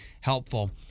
helpful